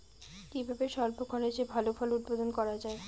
কিভাবে স্বল্প খরচে ভালো ফল উৎপাদন করা যায়?